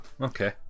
Okay